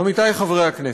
עמיתי חברי הכנסת,